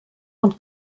und